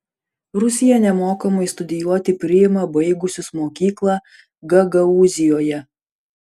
rusija nemokamai studijuoti priima baigusius mokyklą gagaūzijoje